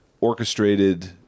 orchestrated